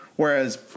Whereas